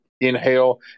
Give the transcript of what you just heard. inhale